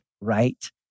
right